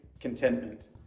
contentment